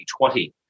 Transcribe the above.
2020